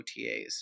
OTAs